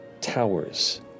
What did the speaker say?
towers